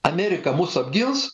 amerika mus apgins